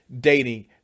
dating